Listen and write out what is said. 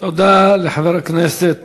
תודה לחבר הכנסת